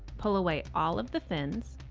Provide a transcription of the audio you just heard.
pull away all of the fins.